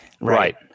Right